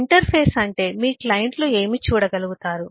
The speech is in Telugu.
ఇంటర్ఫేస్ అంటే మీ క్లయింట్లు ఏమి చూడగలుగుతారు